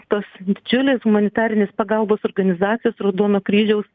tos didžiulės humanitarinės pagalbos organizacijos raudono kryžiaus